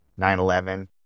911